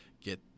get